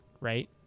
right